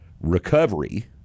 recovery